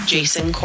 Jason